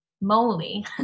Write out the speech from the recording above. moly